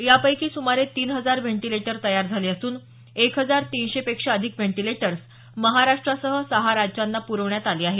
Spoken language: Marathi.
यापैकी सुमारे तीन हजार व्हेंटिलेटर तयार झाले असून एक हजार तीनशे पेक्षा अधिक व्हेंटिलेटर्स महाराष्ट्रासह सहा राज्यांना पुरवण्यात आले आहेत